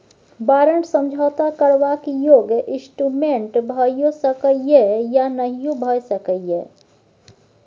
बारंट समझौता करबाक योग्य इंस्ट्रूमेंट भइयो सकै यै या नहियो भए सकै यै